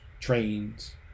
trains